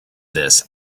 this